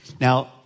Now